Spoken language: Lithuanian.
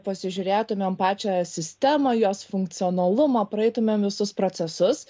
pasižiūrėtumėm pačią sistemą jos funkcionalumą praeitumėm visus procesus